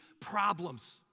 problems